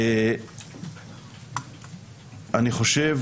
אני חושב